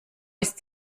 ist